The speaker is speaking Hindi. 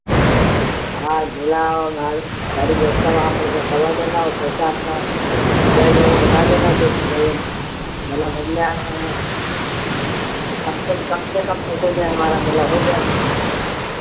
हाँ झूला और वहाँ सारी व्यवस्था सब वहाँ पर करवा देना और पैसा अपना जो जायज़ है वो बता देना क्योंकि भाई हम मेला घूमने आ रहे हैं तो कम से कम से कम पैसे में हमारा मेला हो जाए